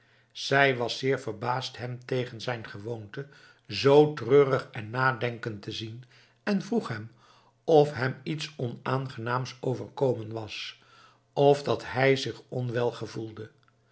zij was zeer verbaasd hem tegen zijn gewoonte zoo treurig en nadenkend te zien en vroeg hem of hem iets onaangenaams overkomen was of dat hij zich onwel gevoelde